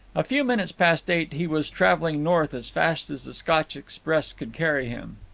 a few minutes past eight he was travelling north as fast as the scotch express could carry him.